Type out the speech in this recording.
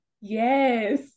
yes